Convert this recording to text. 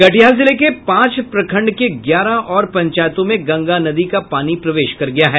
कटिहार जिले के पांच प्रखंड के ग्यारह और पंचायतों में गंगा नदी का पानी प्रवेश कर गया है